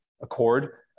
accord